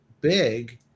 big